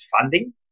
funding